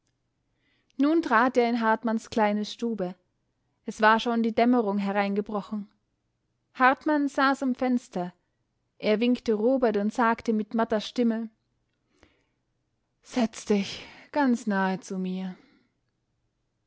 nun trat er in hartmanns kleine stube es war schon die dämmerung hereingebrochen hartmann saß am fenster er winkte robert und sagte mit matter stimme setz dich ganz nahe zu mir